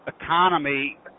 economy